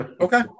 okay